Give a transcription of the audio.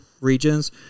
regions